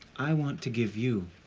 i want to give you